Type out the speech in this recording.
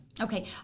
okay